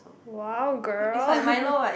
!wow! girl